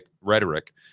rhetoric